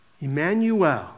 Emmanuel